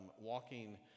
walking